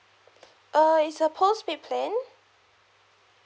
uh it's a postpaid plan